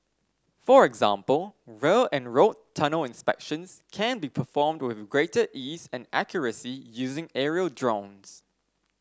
for example rail and road tunnel inspections can be performed with greater ease and accuracy using aerial drones